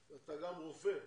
אתה גם רופא,